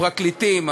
פרקליטים,